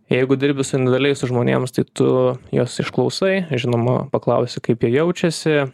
jeigu dirbi su individualiai su žmonėms tai tu juos išklausai žinoma paklausi kaip jie jaučiasi